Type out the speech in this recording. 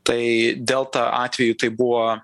tai delta atveju tai buvo